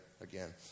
again